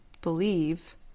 believe